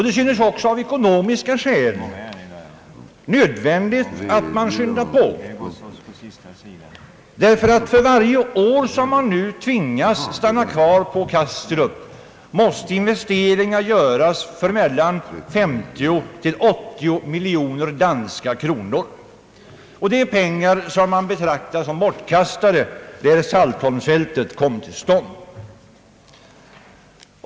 Det synes också av ekonomiska skäl vara nödvändigt att man skyndar på, ty för varje år som man tvingas stanna kvar på Kastrup måste investeringar göras för mellan 20 miljoner och 80 miljoner danska kronor — pengar som man betraktar som bortkastade, därest Saltholmsfältet kommer till stånd.